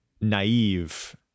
naive